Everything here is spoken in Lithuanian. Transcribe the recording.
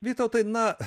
vytautai na